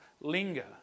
linger